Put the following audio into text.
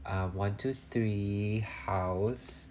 uh one two three house